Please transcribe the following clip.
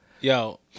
Yo